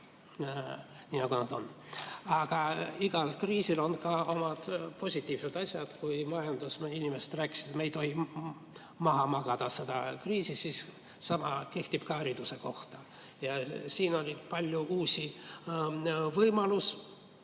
Aga igas kriisis on ka omad positiivsed asjad. Kui majandusinimesed rääkisid, et me ei tohi maha magada seda kriisi, siis sama kehtib ka hariduse kohta. Siin oli palju uusi võimalusi.